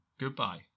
Goodbye